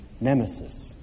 Nemesis